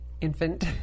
infant